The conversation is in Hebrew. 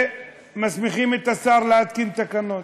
ומסמיכים את השר להתקין תקנות.